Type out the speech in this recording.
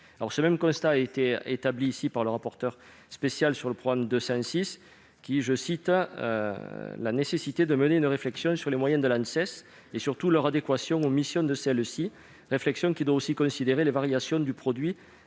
Le même constat a été établi dans notre assemblée par le rapporteur spécial pour le programme 206, qui souligne « la nécessité d'une réflexion sur les moyens de l'Anses et leur adéquation aux missions de celle-ci, réflexion qui doit aussi considérer les variations du produit